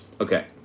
okay